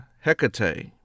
Hecate